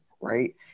right